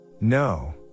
No